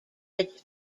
its